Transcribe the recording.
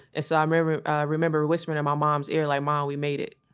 ah so i remember remember whispering in my mom's ear, like, mom we made it.